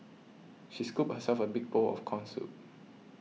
she scooped herself a big bowl of Corn Soup